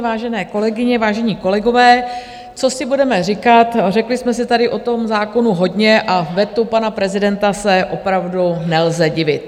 Vážené kolegyně, vážení kolegové, co si budeme říkat, řekli jsme si tady o tom zákonu hodně a vetu pana prezidenta se opravdu nelze divit.